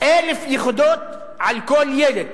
1,000 יחידות על כל ילד.